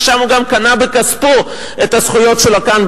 ששם הוא גם קנה בכספו את הזכויות שלו כאן,